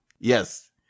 Yes